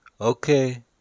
okay